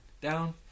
down